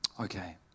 Okay